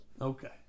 Okay